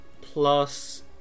plus